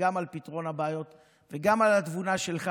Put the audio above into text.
על פתרון הבעיות וגם על התבונה שלך,